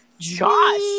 Josh